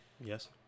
yes